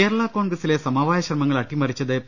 കേരളാ കോൺഗ്രസിലെ സമവായ ശ്രമങ്ങൾ അട്ടിമറി ച്ചത് പി